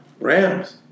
Rams